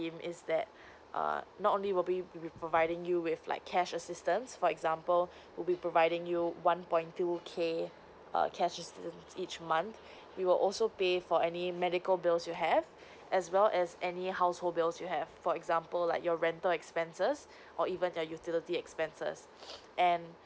is that err not only we'll be we'll be providing you with like cash assistance for example we'll be providing you one point two K err cash each month we will also pay for any medical bills you have as well as any household bills you have for example like your rental expenses or even the utility expenses and